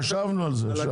חשבנו על זה.